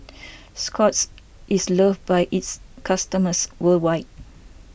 Scott's is loved by its customers worldwide